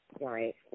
Right